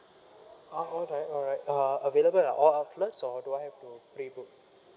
ah alright alright uh available at all outlets or do I have to prebook